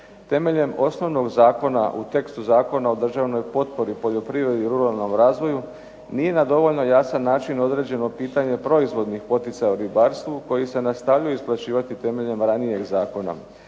Temeljem osnovnog zakona u tekstu Zakona o državnoj potpori poljoprivredi i ruralnom razvoju nije na dovoljno jasan način određeno pitanje proizvodnih poticaja u ribarstvu koji se nastavljaju isplaćivati temeljem ranijeg zakona.